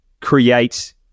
create-